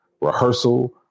rehearsal